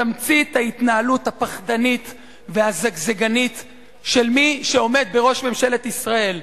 תמצית ההתנהלות הפחדנית והזגזגנית של מי שעומד בראש ממשלת ישראל.